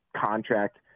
contract